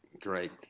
Great